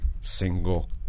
single